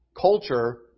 culture